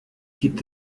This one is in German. gibt